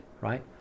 right